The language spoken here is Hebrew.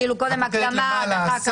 הקדמה וכו'.